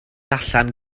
allan